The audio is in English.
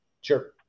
Sure